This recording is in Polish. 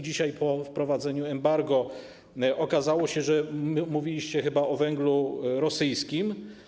Dzisiaj, po wprowadzeniu embarga, okazało się, że mówiliście chyba o węglu rosyjskim.